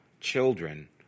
children